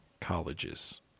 colleges